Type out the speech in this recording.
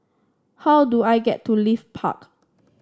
how do I get to Leith Park